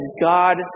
God